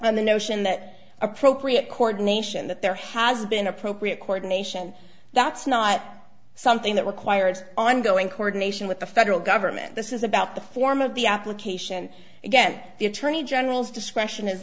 and the notion that appropriate court nation that there has been appropriate court nation that's not something that requires ongoing court nation with the federal government this is about the form of the application again the attorney general's discretion is